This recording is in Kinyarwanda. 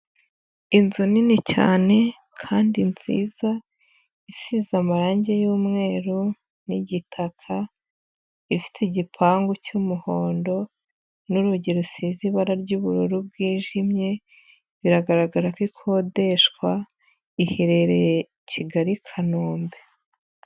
Inzu nini cyane kandi nziza, isize amarangi y'umweru n'igitaka, ifite igipangu cy'umuhondo n'urugi rusize ibara ry'ubururu bwijimye, biragaragara ko ikodeshwa, iherereye Kigali Kanombe.